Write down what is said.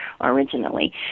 originally